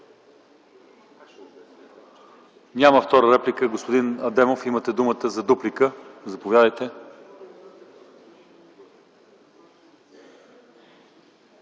за втора реплика? Няма. Господин Адемов, имате думата за дуплика. Заповядайте.